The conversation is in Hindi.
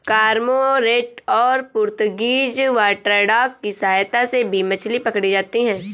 कर्मोंरेंट और पुर्तगीज वाटरडॉग की सहायता से भी मछली पकड़ी जाती है